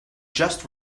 just